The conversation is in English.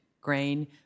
grain